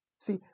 See